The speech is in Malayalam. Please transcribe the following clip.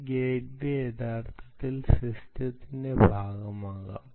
ഈ ഗേറ്റ്വേ യഥാർത്ഥത്തിൽ സിസ്റ്റത്തിന്റെ ഭാഗമാകാം